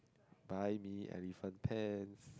buy me elephant pants